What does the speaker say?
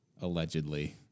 allegedly